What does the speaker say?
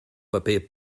paper